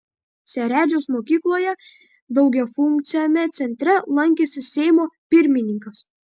seredžiaus mokykloje daugiafunkciame centre lankėsi seimo pirmininkas